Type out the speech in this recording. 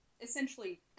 essentially